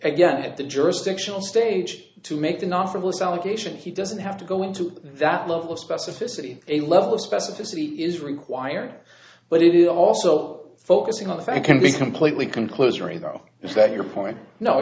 again at the jurisdictional stage to make the non frivolous allegation he doesn't have to go into that level of specificity a level of specificity is required but it is also focusing on if i can be completely conclusory though is that your point no